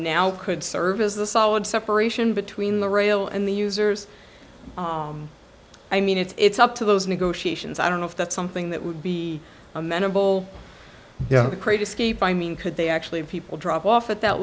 now could serve as a solid separation between the rail and the users i mean it's up to those negotiations i don't know if that's something that would be amenable to create escape i mean could they actually have people drop off at that